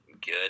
good